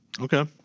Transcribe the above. Okay